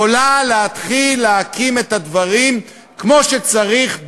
יכולה להתחיל להקים את הדברים כמו שצריך,